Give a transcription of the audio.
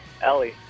Ellie